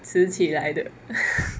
迟起来的